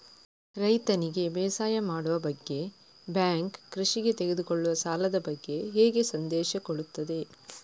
ರೈತನಿಗೆ ಬೇಸಾಯ ಮಾಡುವ ಬಗ್ಗೆ ಬ್ಯಾಂಕ್ ಕೃಷಿಗೆ ತೆಗೆದುಕೊಳ್ಳುವ ಸಾಲದ ಬಗ್ಗೆ ಹೇಗೆ ಸಂದೇಶ ಕೊಡುತ್ತದೆ?